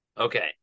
Okay